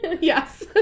Yes